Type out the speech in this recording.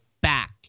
back